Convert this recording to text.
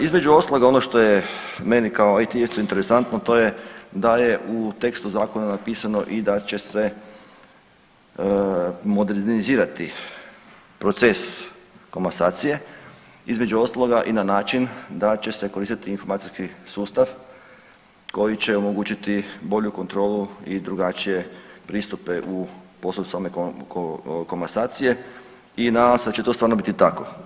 Između ostalog onoga što je meni kao IT isto interesantno to je da je u tekstu zakona napisano i da će se modernizirati proces komasacije između ostaloga i na način da će se koristiti informacijski sustav koji će omogućiti bolju kontrolu i drugačije pristupe u poslu same komasacije i nadam se da će to stvarno biti tako.